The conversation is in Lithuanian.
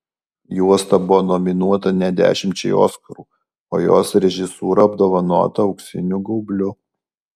juosta buvo nominuota net dešimčiai oskarų o jos režisūra apdovanota auksiniu gaubliu